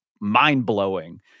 mind-blowing